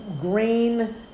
grain